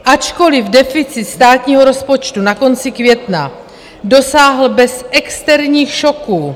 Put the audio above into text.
Ačkoliv deficit státního rozpočtu na konci května dosáhl bez externích šoků...